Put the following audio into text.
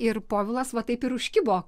ir povilas va taip ir užkibo